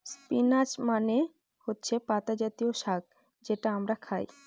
spinach মানে হচ্ছে পাতা জাতীয় শাক যেটা আমরা খায়